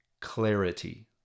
clarity